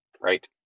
right